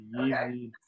Okay